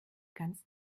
ganz